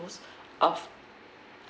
of